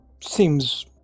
Seems